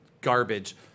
garbage